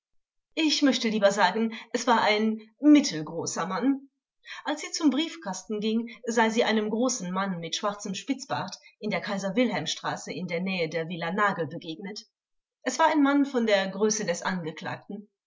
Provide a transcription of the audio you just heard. ich möchte lieber sagen es war ein mittelgroßer mann als sie zum briefkasten ging sei sie einem großen mann mit schwarzem spitzbart in der kaiser wilhelm straße in der nähe der villa nagel begegnet es war ein mann von der größe des angeklagten